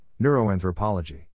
neuroanthropology